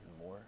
more